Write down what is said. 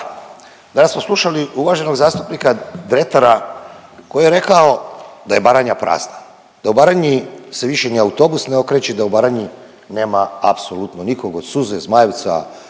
smo slušali uvaženog zastupnika Dretara koji je rekao da je Baranja prazna, da u Baranji se više ni autobus ne okreće i da u Baranji nema apsolutno nikog, od Suze, Zmajevca,